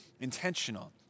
intentional